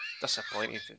disappointed